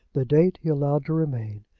the date he allowed to remain,